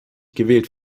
gewählt